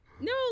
No